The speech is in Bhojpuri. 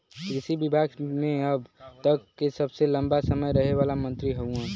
कृषि विभाग मे अब तक के सबसे लंबा समय रहे वाला मंत्री हउवन